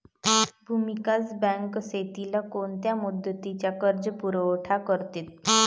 भूविकास बँक शेतीला कोनच्या मुदतीचा कर्जपुरवठा करते?